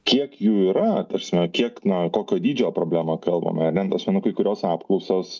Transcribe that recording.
kiek jų yra ta prasme kiek na kokio dydžio problemą kalbame ane ta prasme nu kai kurios apklausos